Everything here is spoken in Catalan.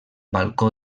balcó